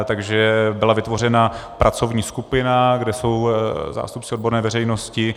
Takže byla vytvořena pracovní skupina, kde jsou zástupci odborné veřejnosti.